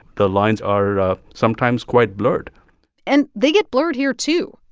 the lines are sometimes quite blurred and they get blurred here, too.